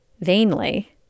vainly